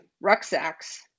rucksacks